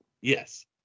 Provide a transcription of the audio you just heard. Yes